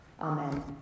Amen